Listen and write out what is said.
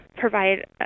provide